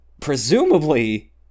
Presumably